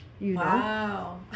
Wow